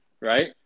right